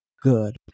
good